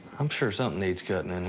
i'm sure something needs cutting and in